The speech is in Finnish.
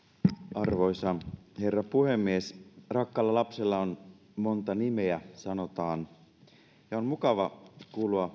arvoisa herra puhemies rakkaalla lapsella on monta nimeä sanotaan ja on mukava kuulua